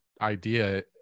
idea